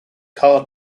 car